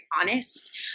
honest